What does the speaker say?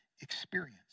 experience